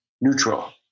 neutral